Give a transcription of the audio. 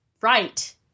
right